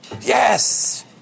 Yes